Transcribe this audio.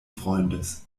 freundes